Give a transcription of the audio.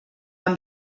amb